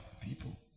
People